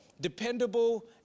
dependable